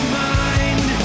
mind